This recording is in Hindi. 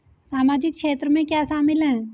सामाजिक क्षेत्र में क्या शामिल है?